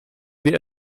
wir